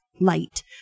light